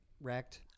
wrecked